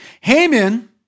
Haman